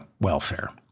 welfare